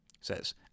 says